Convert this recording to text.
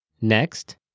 Next